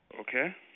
Okay